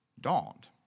dawned